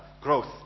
growth